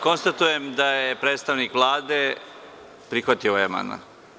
Konstatujem da je predstavnik Vlade prihvatio ovaj amandman.